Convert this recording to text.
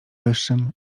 wyższym